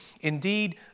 Indeed